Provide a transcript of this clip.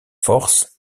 force